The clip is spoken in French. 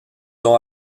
ont